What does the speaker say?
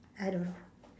I don't know